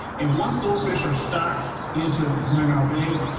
and once those fish are stocked into saginaw bay,